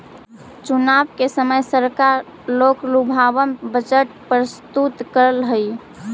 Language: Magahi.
चुनाव के समय सरकार लोकलुभावन बजट प्रस्तुत करऽ हई